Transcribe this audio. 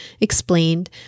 explained